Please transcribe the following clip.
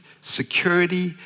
security